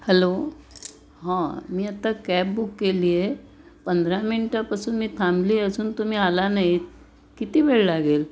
hello हां मी आत्ता कॅब बुक केली आहे पंधरा मिनटापासून मी थांबली असून तुम्ही आला नाही किती वेळ लागेल